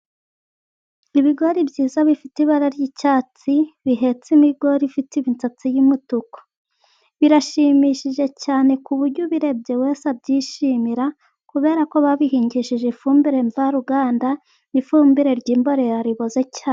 Ibigori byiza bifite ibara ry'icyatsi , bihetse imigori ifite imisatsi yumutuku, birashimishije cyane ku buryo ubirebye wese abyishimira , kubera ko babihingishije ifumbire mvaruganda n'ifumbire ry'imborera riboze cyane.